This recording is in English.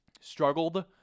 struggled